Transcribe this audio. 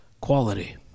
quality